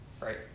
right